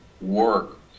work